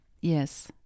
Yes